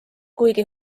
kuigi